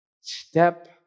Step